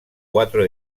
cuatro